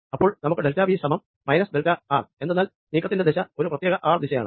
അപ്പോൾ നമുക്ക് delta V സമം മൈനസ് ഡെൽറ്റ ആർ എന്തെന്നാൽ നീക്കത്തിന്റെ ദിശ ഒരു പ്രത്യേക ആർ ദിശയാണ്